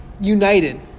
United